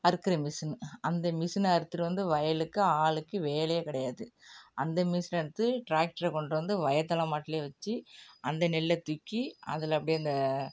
அறுக்கிற machine அந்த மிஷினை எடுத்துகிட்டு வந்து வயலுக்கு ஆளுக்கு வேலையே கிடையாது அந்த மிஷினை எடுத்து ட்ராக்டரை கொண்டு வந்து வய தலைமாட்டுலே வச்சு அந்த நெல்லை தூக்கி அதில் அப்படியே அந்த